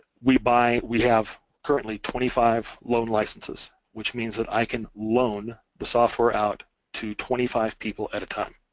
we buy, we have currently twenty five loan licences, which means that i can loan the software out to twenty five people at a time,